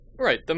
Right